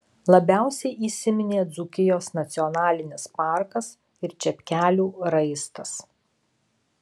labiausiai įsiminė dzūkijos nacionalinis parkas ir čepkelių raistas